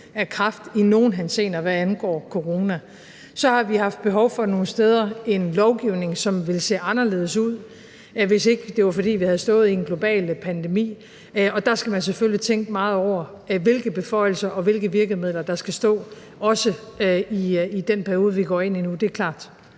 af kraft i nogen henseende, hvad angår corona. For det andet har vi nogle steder haft behov for en lovgivning, som ville have set anderledes ud, hvis ikke det var, fordi vi havde stået i en global pandemi, og der skal man selvfølgelig tænke meget over, hvilke beføjelser og hvilke virkemidler der skal stå også i den periode, vi går ind i nu. Det er klart.